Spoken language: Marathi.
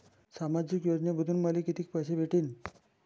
सामाजिक योजनेमंधून मले कितीक पैसे भेटतीनं?